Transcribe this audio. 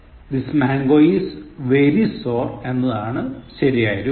This mango is very sour എന്നതാണ് ശരിയായ രൂപം